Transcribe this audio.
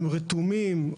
הם רתומים,